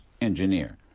engineer